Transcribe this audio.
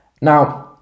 Now